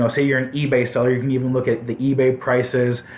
ah say you're an ebay seller, you can even look at the ebay prices,